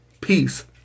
peace